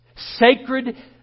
Sacred